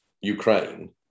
Ukraine